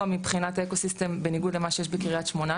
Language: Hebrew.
מבחינת אקו סיסטם בניגוד למה שיש בקריית שמונה,